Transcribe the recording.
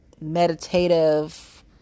meditative